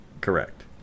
Correct